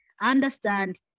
understand